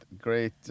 great